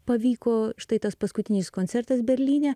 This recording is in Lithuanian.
pavyko štai tas paskutinis koncertas berlyne